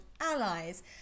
allies